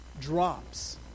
drops